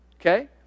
Okay